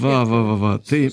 va va va va tai